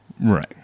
Right